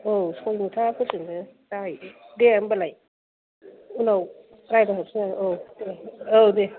औ सय मुथाफोरजोंनो जाहैयो दे होनबालाय उनाव रायलायहरफिनसै दे औ दे